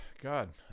God